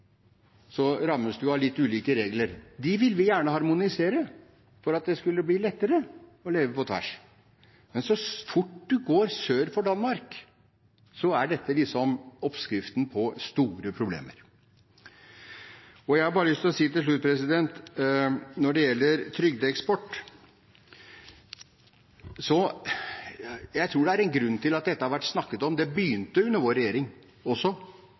så fort man kommer sør for Danmark, er dette oppskriften på store problemer. Jeg har til slutt lyst til å si at når det gjelder trygdeeksport, tror jeg det er en grunn til at det har vært snakket om dette. Det begynte under vår regjering også,